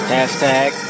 Hashtag